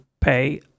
pay